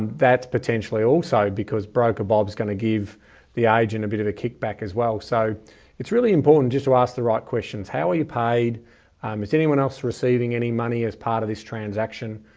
that potentially also because broker bob's going to give the agent a bit of a kickback as well. so it's really important just to ask the right questions. how are you paid um is anyone else receiving any money as part of this transaction?